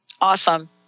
Awesome